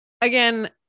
again